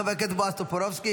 חבר הכנסת בועז טופורובסקי,